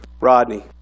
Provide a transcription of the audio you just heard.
Rodney